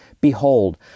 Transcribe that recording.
Behold